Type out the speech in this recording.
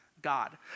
God